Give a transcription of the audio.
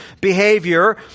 behavior